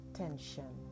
tension